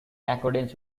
accordance